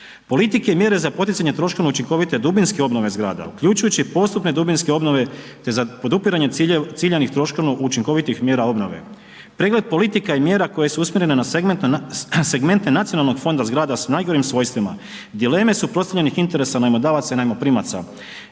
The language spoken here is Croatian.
politike i mjere za poticanje troškovno učinkovite dubinske obnove zgrada uključujući i postupne dubinske obnove, te za podupiranje ciljanih troškovno učinkovitih mjera obnove, pregled politika i mjera koje su usmjerene na segmente nacionalnog fonda zgrada s najgorim svojstvima, dileme suprotstavljenih interesa najmodavaca i najmoprimaca